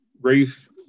race